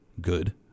good